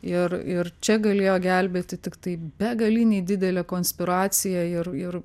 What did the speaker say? ir ir čia galėjo gelbėti tiktai begaliniai didelė konspiracija ir ir